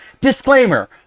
Disclaimer